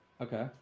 Okay